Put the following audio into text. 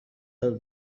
have